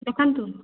ଦେଖାନ୍ତୁ